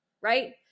right